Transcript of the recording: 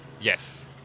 Yes